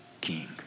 King